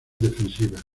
defensivas